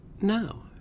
No